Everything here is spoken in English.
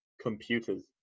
computers